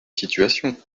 situation